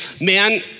man